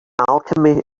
alchemy